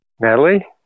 Natalie